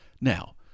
Now